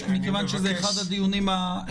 מזגנים?